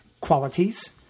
qualities